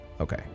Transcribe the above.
Okay